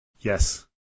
yes